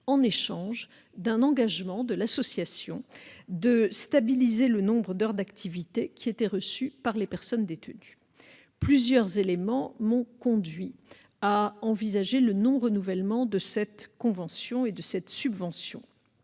en échange d'un engagement de l'association de stabiliser le nombre d'heures d'activité assurées au bénéfice des personnes détenues. Plusieurs éléments m'ont conduite à envisager le non-renouvellement de cette convention et de cette subvention.